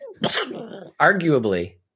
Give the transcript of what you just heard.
arguably